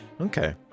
Okay